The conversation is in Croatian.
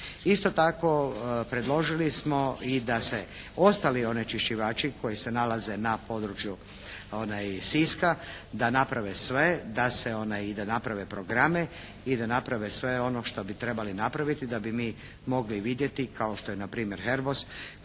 Isto tako predložili smo i da se ostali onečišćivaći koji se nalaze na području Siska da naprave sve da se i da naprave programe i da naprave sve ono što bi trebali napraviti da bi mi mogli vidjeti kao što je na primjer Hervos koji je izvršio